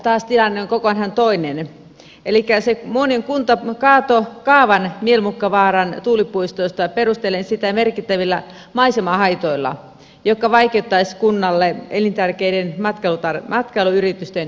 muoniossa taas tilanne on kokonaan toinen elikkä muonion kunta kaatoi kaavan mielmukkavaaran tuulipuistosta perustellen sitä merkittävillä maisemahaitoilla jotka vaikeuttaisivat kunnalle elintärkeiden matkailuyritysten toimintaa